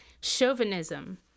Chauvinism